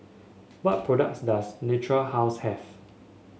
what products does Natura House have